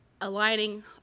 aligning